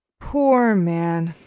poor man!